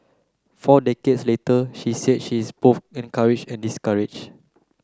four decades later she said she is both encouraged and discouraged